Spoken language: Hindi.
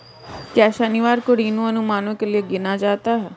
क्या शनिवार को ऋण अनुमानों के लिए गिना जाता है?